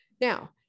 Now